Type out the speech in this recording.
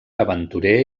aventurer